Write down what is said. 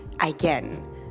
again